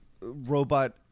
robot